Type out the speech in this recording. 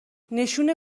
نشون